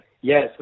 Yes